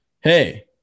Hey